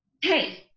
hey